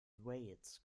wales